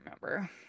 remember